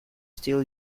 still